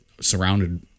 surrounded